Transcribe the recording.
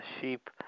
sheep